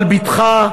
על בתך,